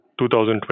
2020